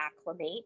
acclimate